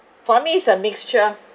for me it's a mixture